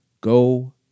go